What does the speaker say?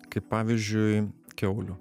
kaip pavyzdžiui kiaulių